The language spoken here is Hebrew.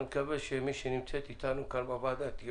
אני מקווה שמי שנמצאת איתנו כאן בוועדה תהיה